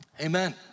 amen